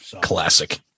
Classic